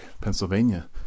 Pennsylvania